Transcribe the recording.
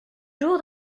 jour